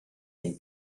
they